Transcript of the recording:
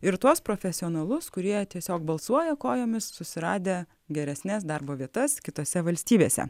ir tuos profesionalus kurie tiesiog balsuoja kojomis susiradę geresnes darbo vietas kitose valstybėse